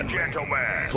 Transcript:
gentlemen